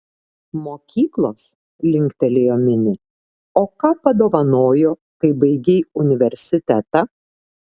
mokyklos linktelėjo minė o ką padovanojo kai baigei universitetą